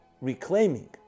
reclaiming